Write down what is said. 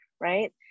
right